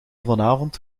vanavond